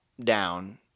down